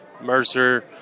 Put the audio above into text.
mercer